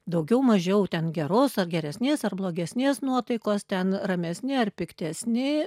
daugiau mažiau ten geros ar geresnės ar blogesnės nuotaikos ten ramesni ar piktesni